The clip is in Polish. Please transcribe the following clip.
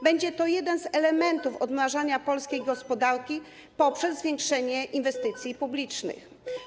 Będzie to jeden z elementów odmrażania polskiej gospodarki poprzez zwiększenie inwestycji publicznych.